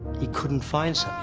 he couldn't find